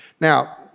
Now